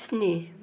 स्नि